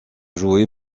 jouer